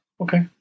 Okay